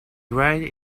right